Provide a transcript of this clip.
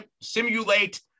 simulate